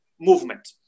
movement